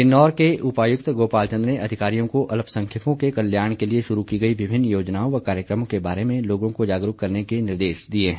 किन्नौर के उपायुक्त गोपाल चंद ने अधिकारियों को अल्पसंख्यकों के कल्याण के लिए शुरू की गई विभिन्न योजनाओं व कार्यक्रमों के बारे में लोगों को जागरूक करने के निर्देश दिए हैं